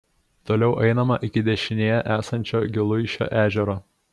toliau einama iki dešinėje esančio giluišio ežero